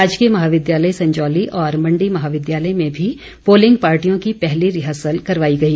राजकीय महाविद्यालय संजौली और मण्डी महाविद्यालय में भी पोलिंग पार्टियों की पहली रिहर्सल करवाई गई